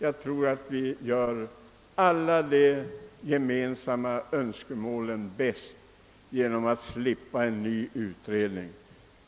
Jag anser att vi gagnar allas gemensamma Önskemål bäst genom att säga nej till förslaget om en ny utredning.